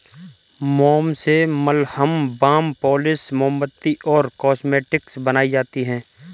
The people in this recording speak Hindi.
मोम से मलहम, बाम, पॉलिश, मोमबत्ती और कॉस्मेटिक्स बनाई जाती है